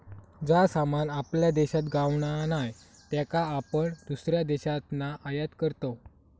जा सामान आपल्या देशात गावणा नाय त्याका आपण दुसऱ्या देशातना आयात करतव